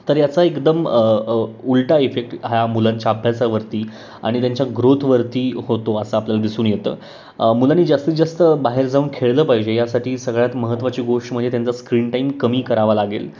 तर याचा एकदम उलटा इफेक्ट हा मुलांच्या अभ्यासावरती आणि त्यांच्या ग्रोथवरती होतो असा आपल्याला दिसून येतं मुलांनी जास्तीत जास्त बाहेर जाऊन खेळलं पाहिजे यासाठी सगळ्यात महत्त्वाची गोष्ट म्हणजे त्यांचा स्क्रीन टाईम कमी करावा लागेल